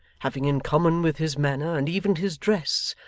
having in common with his manner and even his dress,